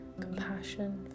compassion